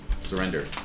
surrender